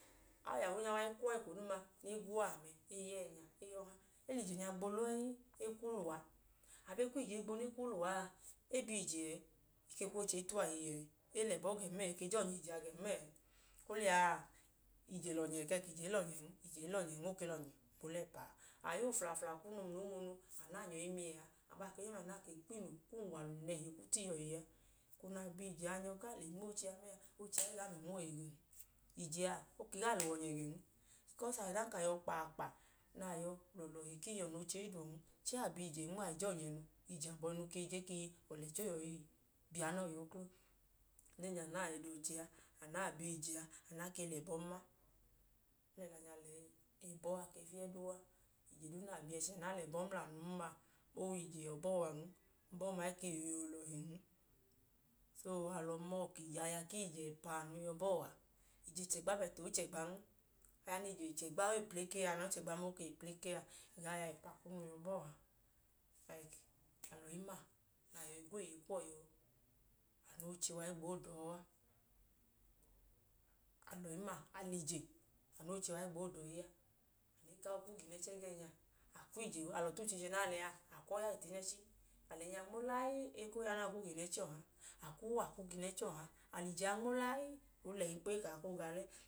Auyahuu nya wa i kwu uwa u, eko duuma, e i gwo uwa amẹ, e i ya uwa ẹẹnya, e i ya uwa ọha. E lẹ ije a gbo layii, e kwuu lẹ uwa. Abọ e kwu ije a i gbo kwuu lẹ uwa a, e bi ije ẹẹ, e ke kwu oche i ta uwa iye ẹẹ. E lẹ ẹbọ ẹẹ gẹn mẹẹ, e ke je ọnyẹ ije a, ẹẹ gẹn mẹẹ. Oliya, ije lọnyẹẹẹ kẹẹ ka ije i lọnyẹn? Ije lọnyẹ, o ke lọnyẹn. Aboo lẹ ẹplẹpa a. A ya oflafla kunu anu na nyọ i miyẹ a. Abaa ke i miyẹ mẹẹ a anu na ke kwu unwalu nẹhi i kwu ta iyuwọ iye a. Eko nẹ a bi ije a nyọ kaa le nmo oche a mẹẹ a, oche a i gaa mẹ nma ọkpiye kuwọ gẹn. ije a, o ke gaa lẹ uwọ ọnyẹ gẹn. Bikọs ọdanka a yọ kpaakpa nẹ a yọ lọọlọhi ku iyuwọ nẹ oche i da uwọn, chẹẹ a bi ije imo, a jọnyẹ nu. Ije abọhinu ke je chaa ka ọlẹchẹ ọọ yọi bi anọọ yuklọ. Anu ẹẹnya, anu na yọi doche a, anu na bi ije a, anu nẹ a ke lẹ ẹbọn ma. O wẹ ọda na lẹn, ẹbọ a ke fiyẹ duu a. ije duu na bi ẹchẹ na a lẹ ẹbọ mla anun ma, o wẹ ije wẹ ẹbọ an, ng ba ọma i ke wẹ oyeyi olọhin. Alọ mọọ ka aya ku ije ọwẹ ẹpa a, anu yọ bọọ a. Ije chẹgba bọtu o chẹgban. Ochẹgba a, o i kplekee a, ẹga noo chẹgban ma, o ke i kplekee a. Anu aya ẹpa kunu yọ bọọ a. Laik a lẹ ọyi ma, na yọi gweeye kuwọ yọọ, anu nẹ oche wa i gboo da uwọ a. A lẹ ọyi ma, a lẹ ije anu noo oche wa i gboo da ọyi a, e ka awọ kwuu ga inẹchi ẹgẹẹnya. A lẹ ọtu che ije nẹ a lẹ a, a lẹ ẹẹnya nmo layii, e ka o yan, a kwuu ga inẹchi ẹgọha. A lẹ ije a nmo layii, o lẹyin.